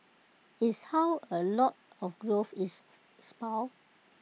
is how A lot of growth is spurred